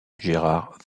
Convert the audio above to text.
gérard